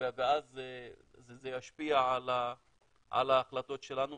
ואז זה ישפיע על ההחלטות שלנו.